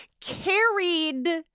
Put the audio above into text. carried